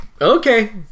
Okay